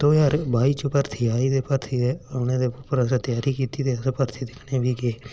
दो हज़ार बाई भर्थी आई ते भर्थी औने दी असें त्यारी कीती ते भर्थी दिक्खने बी गे